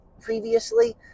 previously